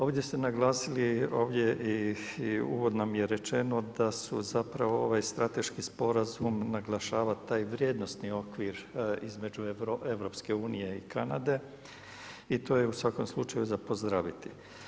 Ovdje ste naglasili i uvodno mi je rečeno da su zapravo ovaj strateški sporazum naglašava taj vrijednosni okvir između EU i Kanade i to je u svakom slučaju za pozdraviti.